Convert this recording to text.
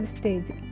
stage